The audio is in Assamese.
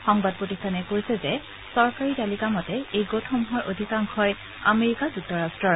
সংবাদ প্ৰতিষ্ঠানে কৈছে যে চৰকাৰী তালিকা মতে এই গোটসমূহৰ অধিকাংশই আমেৰিকা যুক্তৰাষ্টৰ